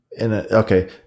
Okay